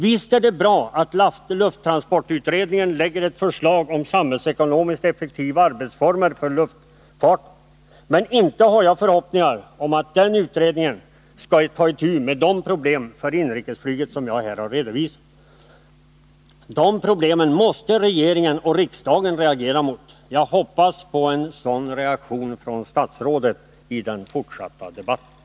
Visst är det bra att lufttransportutredningen lägger fram ett förslag om samhällsekonomiskt effektiva arbetsformer för luftfarten, men inte har jag förhoppningar om att den utredningen skall ta itu med de problem för inrikesflyget som jag här har redovisat. De problemen måste regering och riksdag reagera emot. Jag hoppas på en sådan reaktion från statsrådet i den fortsatta debatten.